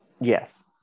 Yes